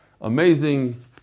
Amazing